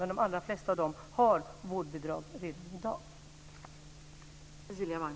Men de allra flesta av dem har vårdbidrag redan i dag.